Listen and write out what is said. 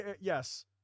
Yes